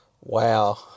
Wow